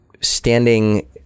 standing